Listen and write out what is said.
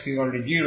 তাই px1 qx0